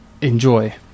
enjoy